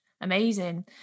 amazing